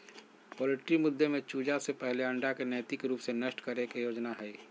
poultry मुद्दे में चूजा से पहले अंडा के नैतिक रूप से नष्ट करे के योजना हइ